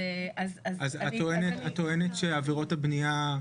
אז את טוענת שעבירות הבנייה,